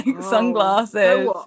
sunglasses